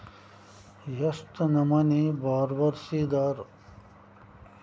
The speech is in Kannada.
ಎಷ್ಟ್ ನಮನಿ ಬಾರೊವರ್ಸಿದಾರ?